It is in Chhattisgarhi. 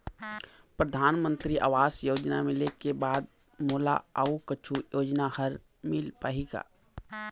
परधानमंतरी आवास योजना मिले के बाद मोला अऊ कुछू योजना हर मिल पाही का?